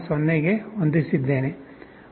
0 ಕ್ಕೆ ಹೊಂದಿಸಿದ್ದೇನೆ